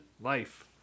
life